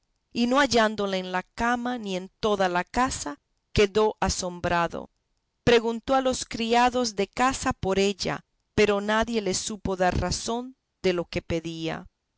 y no hallándola en la cama ni en toda la casa quedó asombrado preguntó a los criados de casa por ella pero nadie le supo dar razón de lo que pedía